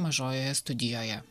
mažojoje studijoje